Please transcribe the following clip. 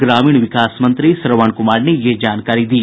ग्रामीण विकास मंत्री श्रवण कुमार ने यह जानकारी दी